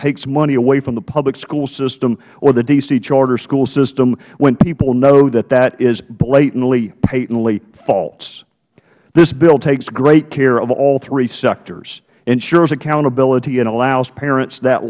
takes money away from the public school system or the d c charter school system when people know that that is blatantly patently false this bill takes great care of all three sectors ensures accountability and allows parents that